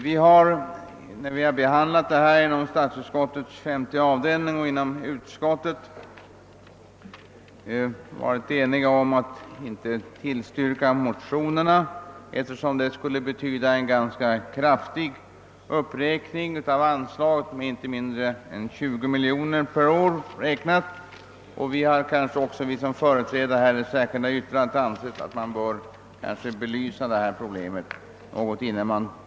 Vi har, när vi behandlat detta ärende i statsutskottets femte avdelning, varit eniga om att inte tillstyrka motionerna, eftersom ett bifall till dem skulle hetyda en uppräkning av anslaget med inte mindre än 20 miljoner kronor per år räknat. Företrädare för centern, folkpartiet och moderata samlingspartiet har emellertid fogat ett särskilt yttrande till statsutskottets utlåtande.